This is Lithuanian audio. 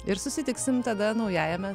ir susitiksim tada naujajame